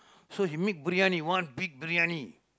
so he make briyani one big briyani